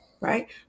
right